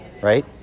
Right